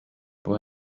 può